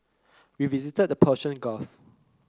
we visited the Persian Gulf